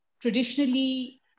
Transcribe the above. traditionally